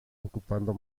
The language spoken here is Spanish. ocupando